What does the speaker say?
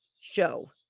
show